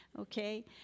okay